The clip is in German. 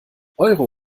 euro